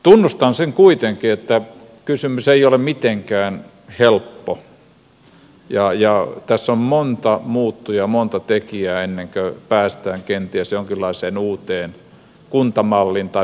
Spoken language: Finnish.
tunnustan sen kuitenkin että kysymys ei ole mitenkään helppo ja tässä on monta muuttujaa ja monta tekijää ennen kuin päästään kenties jonkinlaiseen uuteen kuntamalliin tai paikallishallintomalliin